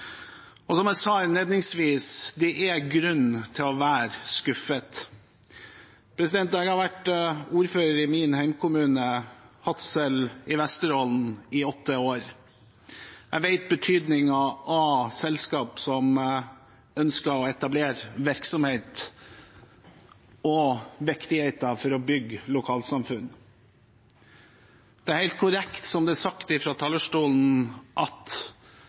Som jeg sa innledningsvis: Det er grunn til å være skuffet. Jeg har vært ordfører i min hjemkommune, Hadsel i Vesterålen, i åtte år. Jeg kjenner betydningen av selskap som ønsker å etablere virksomhet, og viktigheten det har for å bygge lokalsamfunn. Det er helt korrekt som det er sagt fra talerstolen, at